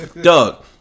Doug